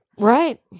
Right